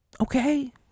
okay